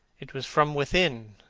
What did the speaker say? it was from within,